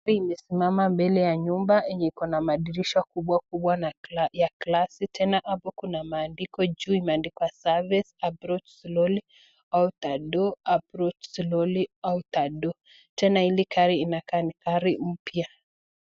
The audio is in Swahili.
Gari imesimama mbele ya nyumba yenye iko na madirisha kubwa kubwa ya glasi, tena hapo kuna maandiko juu imeandikwa service approach slowly outer door, approach slowly outer door tena hili gari inakaa ni gari mpya.